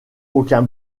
aucun